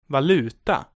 Valuta